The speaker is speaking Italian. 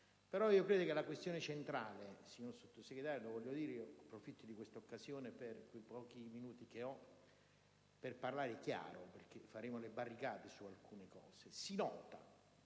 che io credo che la questione centrale, signor Sottosegretario (approfitto di questa occasione per i pochi minuti che ho per parlare chiaro, perché faremo le barricate su alcune questioni)